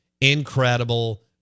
Incredible